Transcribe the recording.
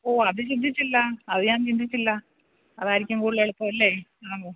ഓ അതു ചിന്തിച്ചില്ല അതു ഞാൻ ചിന്തിച്ചില്ല അതായിരിക്കും കൂടുതലെളുപ്പമല്ലേ